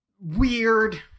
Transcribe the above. weird